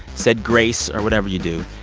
said grace or whatever you do,